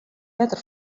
better